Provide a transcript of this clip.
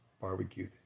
barbecue